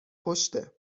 پشته